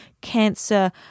cancer